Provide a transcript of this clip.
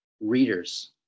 readers